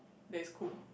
that's cooked